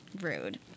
rude